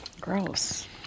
gross